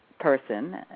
person